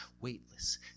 weightless